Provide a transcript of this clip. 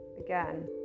again